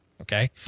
Okay